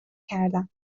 کردم